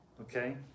Okay